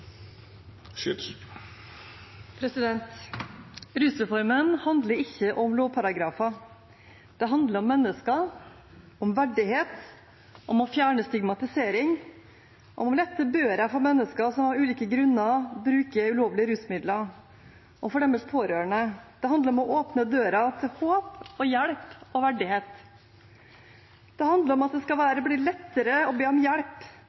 Rusreformen handler ikke om lovparagrafer. Den handler om mennesker, om verdighet, om å fjerne stigmatisering, om å lette børen for mennesker som av ulike grunner bruker ulovlige rusmidler, og for deres pårørende. Det handler om å åpne døren for håp, hjelp og verdighet. Det handler om at det skal bli lettere å be om hjelp, og om at straff ikke skal stå i veien for hjelp.